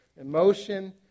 emotion